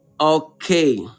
Okay